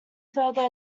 further